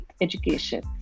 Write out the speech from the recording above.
education